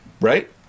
right